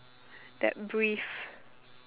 that brief